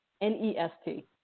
N-E-S-T